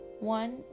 One